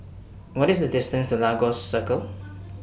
What IS The distance to Lagos Circle